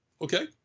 Okay